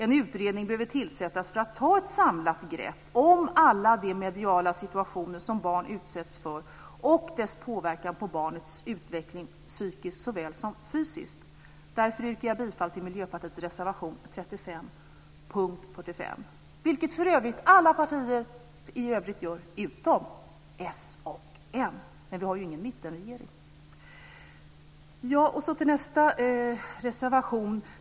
En utredning behöver tillsättas för att ta ett samlat grepp om alla de mediala situationer som barn utsätts för och deras påverkan på barnets utveckling, psykiskt såväl som fysiskt. Därför yrkar jag bifall till Miljöpartiets reservation 35 under punkt 45, vilket för övrigt alla andra partier gör utom Socialdemokraterna och Moderaterna. Men vi har ju ingen mittenregering. Till nästa reservation.